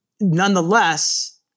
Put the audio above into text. nonetheless